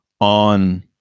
on